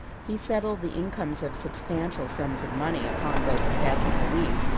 he settled the incomes of substantial sums of money upon both beth and louise,